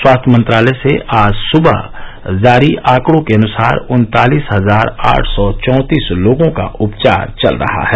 स्वास्थ्य मंत्रालय से आज सुबह जारी आंकडों के अनुसार उन्तालीस हजार आठ सौ चौंतीस लोगों का उपचार चल रहा है